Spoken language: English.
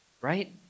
right